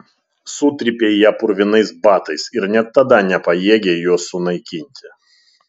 sutrypei ją purvinais batais ir net tada nepajėgei jos sunaikinti